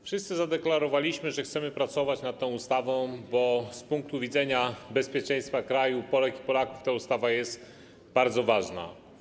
Wszyscy zadeklarowaliśmy, że chcemy pracować nad tą ustawą, bo z punktu widzenia bezpieczeństwa kraju, Polek i Polaków ta ustawa jest bardzo ważna.